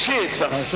Jesus